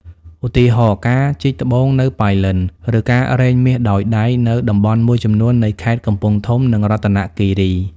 ឧទាហរណ៍ ការជីកត្បូងនៅប៉ៃលិន ឬការរែងមាសដោយដៃនៅតំបន់មួយចំនួននៃខេត្តកំពង់ធំ និងរតនគិរី។